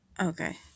Okay